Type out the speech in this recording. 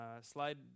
slide